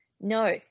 no